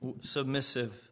submissive